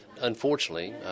Unfortunately